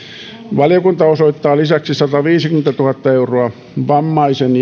valiokunta osoittaa lisäksi sataviisikymmentätuhatta euroa vammaisen